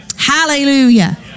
Hallelujah